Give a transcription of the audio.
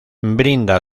brinda